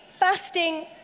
Fasting